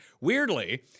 Weirdly